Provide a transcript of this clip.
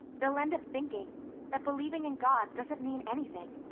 they'll end up thinking that believing in god doesn't mean anything.